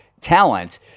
talent